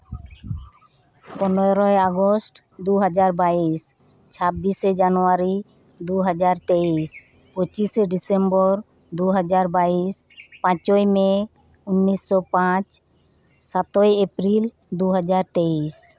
ᱯᱚᱱᱮᱨᱚᱭ ᱟᱜᱚᱥᱴ ᱫᱩ ᱦᱟᱡᱟᱨ ᱵᱟᱭᱤᱥ ᱪᱷᱟᱵᱤᱥᱮ ᱡᱟᱱᱩᱣᱟᱨᱤ ᱫᱩ ᱦᱟᱡᱟᱨ ᱛᱮᱭᱤᱥ ᱯᱚᱸᱪᱤᱥᱮ ᱰᱤᱥᱮᱢᱵᱚᱨ ᱫᱩ ᱦᱟᱡᱟᱨ ᱵᱟᱭᱤᱥ ᱯᱟᱸᱪᱚᱭ ᱢᱮ ᱩᱱᱤᱥᱥᱚ ᱯᱟᱸᱪ ᱥᱟᱛᱚᱭ ᱮᱯᱯᱨᱤᱞ ᱫᱩ ᱦᱟᱡᱟᱨ ᱛᱮᱭᱤᱥ